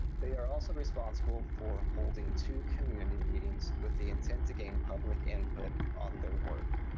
they are also responsible for holding two community meetings with the intent to gain public input on their work.